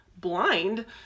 blind